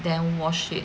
then wash it